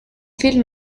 film